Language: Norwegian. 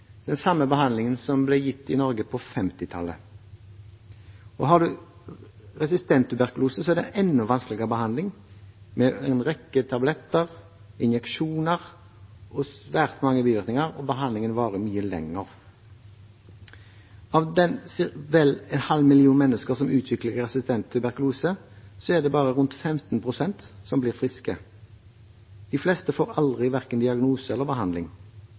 den samme behandlingen som ble gitt i Norge på 1950-tallet. Har man resistent tuberkulose, er behandlingen enda vanskeligere, med en rekke tabletter og injeksjoner og svært mange bivirkninger, og behandlingen varer mye lenger. Av vel en halv million mennesker som utvikler resistent tuberkulose, er det bare rundt 15 pst. som blir friske. De fleste får aldri verken diagnose eller behandling.